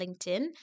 LinkedIn